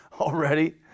already